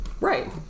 Right